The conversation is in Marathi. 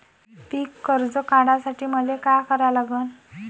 पिक कर्ज काढासाठी मले का करा लागन?